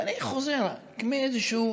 ואני חוזר כמו איזשהו,